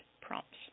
prompts